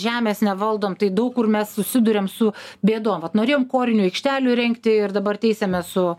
žemės nevaldom tai daug kur mes susiduriam su bėdom vat norėjom korinių aikštelių įrengti ir dabar teisiamės su